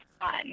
fun